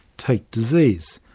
take disease.